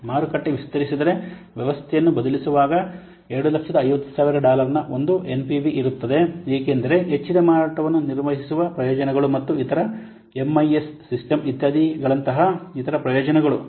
ಮಾರುಕಟ್ಟೆ ವಿಸ್ತರಿಸಿದರೆ ವ್ಯವಸ್ಥೆಯನ್ನು ಬದಲಿಸುವಾಗ 250000 ಡಾಲರ್ನ ಒಂದು ಎನ್ಪಿವಿ ಇರುತ್ತದೆ ಏಕೆಂದರೆ ಹೆಚ್ಚಿದ ಮಾರಾಟವನ್ನು ನಿರ್ವಹಿಸುವ ಪ್ರಯೋಜನಗಳು ಮತ್ತು ಇತರ ಎಂಐಎಸ್ ಸಿಸ್ಟಮ್ ಇತ್ಯಾದಿಗಳಂತಹ ಇತರ ಪ್ರಯೋಜನಗಳು